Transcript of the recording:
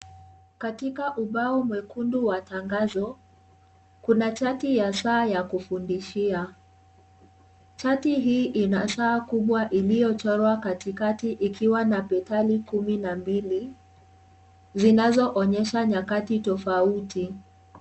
Katika ubao mwekundu kwa tangazo kuna chati ya saa ya kufundishia, chati hii ina saa kubwa iliyochorwa katikati ikiwa na petali kumi na mbili zinazo onyesha nyakati tofauti.